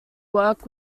work